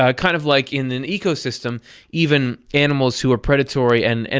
ah kind of like in the ecosystem even animals who are predatory, and and,